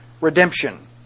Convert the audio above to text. Redemption